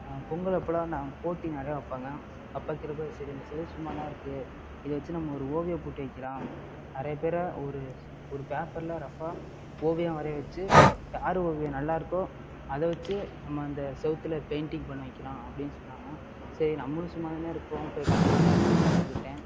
பொங்கல் அப்போல்லாம் நாங்கள் போட்டி நிறையா வைப்பாங்க அப்போ வைக்கிறப்ப சரி இந்த சுவுரு சும்மா தான் இருக்குது இதை வச்சி நம்ம ஒரு ஓவியப் போட்டி வைக்கிலாம் நிறைய பேரை ஒரு ஒரு பேப்பர்ல ரஃப்பாக ஓவியம் வரைய வச்சி யார் ஓவியம் நல்லாருக்கோ அதை வச்சி நம்ம அந்த செவுத்தில் பெயிண்டிங் பண்ண வைக்கிலாம் அப்படின்னு சொன்னாங்கள் சரி நம்மளும் சும்மா தானே இருக்கோம் போய் கலந்துக்கலாம்னு போய் கலந்துக்கிட்டேன்